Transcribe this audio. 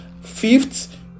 Fifth